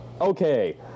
Okay